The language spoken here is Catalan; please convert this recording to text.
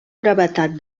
brevetat